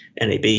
NAB